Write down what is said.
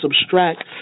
abstract